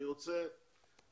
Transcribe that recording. אני רוצה